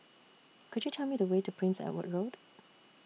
Could YOU Tell Me The Way to Prince Edward Road